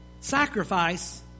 Sacrifice